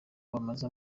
bamaze